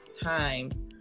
times